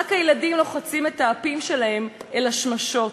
רק הילדים לוחצים את האפים שלהם אל השמשות".